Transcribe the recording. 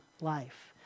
life